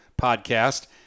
podcast